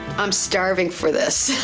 i'm starving for this.